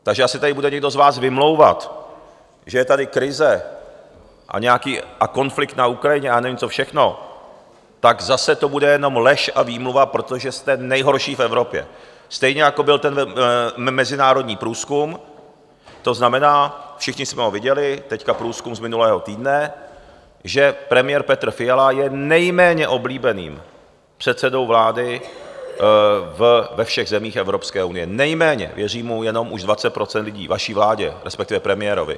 Takže až se tady bude někdo z vás vymlouvat, že je tady krize a konflikt na Ukrajině a nevím co všechno, tak zase to bude jenom lež a výmluva, protože jste nejhorší v Evropě, stejně jako byl ten mezinárodní průzkum to znamená, všichni jsme ho viděli, teď průzkum z minulého týdne, že premiér Petr Fiala je nejméně oblíbeným předsedou vlády ve všech zemích Evropské unie, nejméně věří mu jenom už 20 % lidí, vaší vládě, respektive premiérovi.